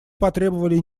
потребовали